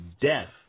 death